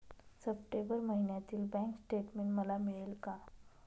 September महिन्यातील bank statement मला मिळेल का?